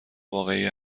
واقعی